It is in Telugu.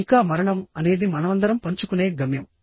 ఇంకా మరణం అనేది మనమందరం పంచుకునే గమ్యం